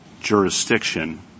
jurisdiction